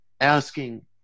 asking